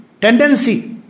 Tendency